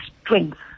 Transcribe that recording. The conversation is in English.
strength